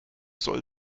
soll